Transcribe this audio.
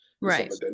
Right